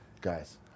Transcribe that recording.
guys